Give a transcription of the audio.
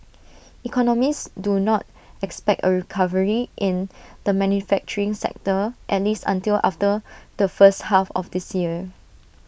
economists do not expect A recovery in the manufacturing sector at least until after the first half of this year